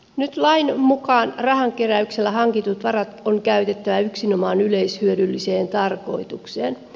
nyt lain mukaan rahankeräyksellä hankitut varat on käytettävä yksinomaan yleishyödylliseen tarkoitukseen